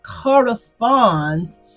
corresponds